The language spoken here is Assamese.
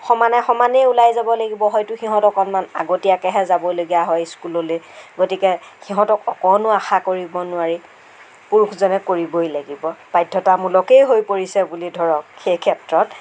সমানে সমানেই ওলাই যাব লাগিব হয়টো সিহঁত অকণমান আগতীয়াকেহে যাবলগীয়া হয় স্কুললৈ গতিকে সিহঁতক অকণো আশা কৰিব নোৱাৰি পুৰুষজনে কৰিবই লাগিব বাধ্যতামূলকেই হৈ পৰিছে বুলি ধৰক সেই ক্ষেত্ৰত